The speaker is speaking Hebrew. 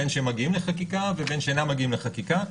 בין שהם מגיעים לחקיקה ובין שאינם מגיעים לחקיקה,